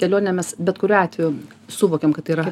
kelionę mes bet kuriuo atveju suvokiam kad tai yra